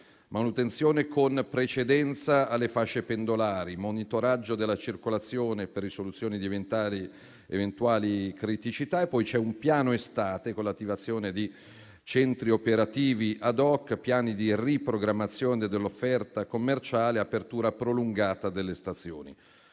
manutenzione con precedenza alle fasce pendolari e monitoraggio della circolazione per risoluzione di eventuali criticità; c'è inoltre un piano estate, con l'attivazione di centri operativi *ad hoc*, piani di riprogrammazione dell'offerta commerciale e apertura prolungata delle stazioni.